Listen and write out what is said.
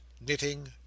knitting